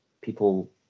people